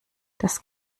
das